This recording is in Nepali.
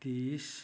तिस